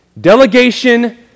Delegation